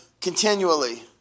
continually